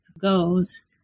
goes